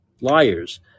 liars